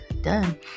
done